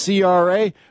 cra